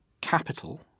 capital